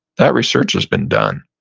that research has been done.